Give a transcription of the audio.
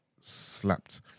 slapped